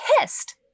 pissed